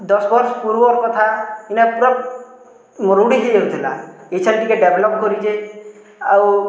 ଦଶ୍ ବର୍ଷ୍ ପୂର୍ବର କଥା ଇନେ ପୁରା ମରୁଡ଼ି ହେଇଯାଉଥିଲା ଇଛେନ୍ ଟିକେ ଡ଼େଭେଲପ୍ କରିଛେ ଆଉ